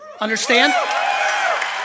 Understand